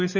SA